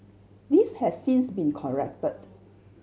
this has since been corrected